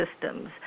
systems